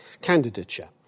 candidature